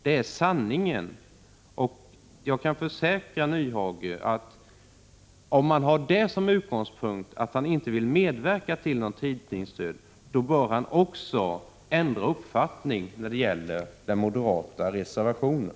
Det är sanningen! Jag kan försäkra Hans Nyhage att om han har som utgångspunkt att inte vilja medverka till någon tidningsdöd, då bör han också ändra uppfattning när det gäller den moderata reservationen.